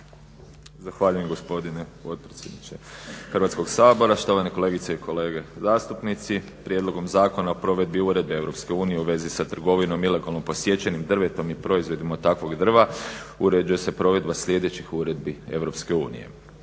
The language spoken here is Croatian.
Zahvaljujem gospodine potpredsjedniče Hrvatskog sabora. Štovane kolegice i kolege zastupnici. Prijedlogom zakona o provedbi uredbi Europske unije u vezi s trgovinom ilegalno posječenim drvom i proizvodima od takvog drva uređuje se provedbe sljedećih uredbi EU.